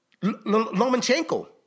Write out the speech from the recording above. Lomachenko